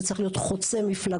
זה צריך להיות חוצה מפלגות.